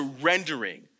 surrendering